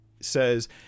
says